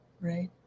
Right